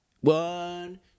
One